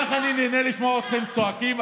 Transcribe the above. אני כל כך נהנה לשמוע אתכם צועקים,